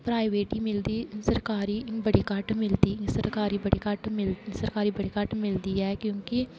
private ही मिलदी सरकारी बड़ी घट्ट मिलदी सरकारी बड़ी घट्ट मिलदी सरकारी बड़ी घट्ट मिलदी ऐ क्योंकि